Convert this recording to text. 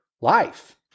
life